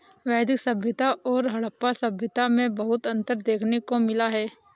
वैदिक सभ्यता और हड़प्पा सभ्यता में बहुत अन्तर देखने को मिला है